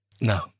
No